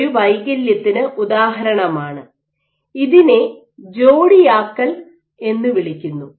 ഇത് ഒരു വൈകല്യത്തിന് ഉദാഹരണമാണ് ഇതിനെ ജോടിയാക്കൽ എന്ന് വിളിക്കുന്നു